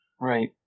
Right